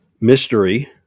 mystery